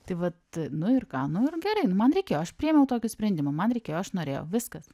tai vat nu ir ką nu ir gerai nu man reikėjo aš priėmiau tokį sprendimą man reikėjo aš norėjau viskas